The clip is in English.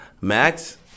max